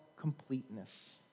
completeness